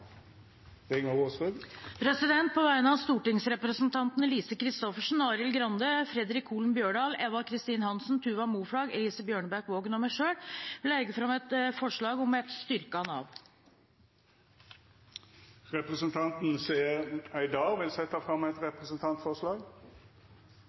På vegne av stortingsrepresentantene Lise Christoffersen, Arild Grande, Fredric Holen Bjørdal, Eva Kristin Hansen, Tuva Moflag, Elise Bjørnebekk-Waagen og meg selv vil jeg legge fram et forslag om et styrket Nav. Representanten Seher Aydar vil setja fram eit representantforslag. Rødt fremmer forslag om et